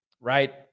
right